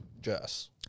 Jess